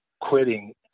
quitting